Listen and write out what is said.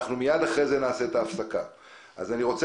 אני רוצה